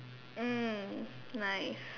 mm nice